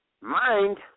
Mind